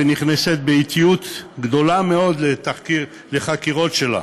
ונכנסת באטיות גדולה מאוד לחקירות שלה.